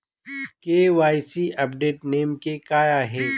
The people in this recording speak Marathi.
के.वाय.सी अपडेट नेमके काय आहे?